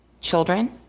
children